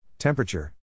Temperature